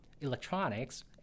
electronics